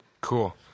Cool